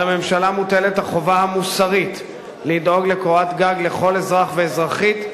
על הממשלה מוטלת החובה המוסרית לדאוג לקורת גג לכל אזרח ואזרחית,